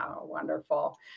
Wonderful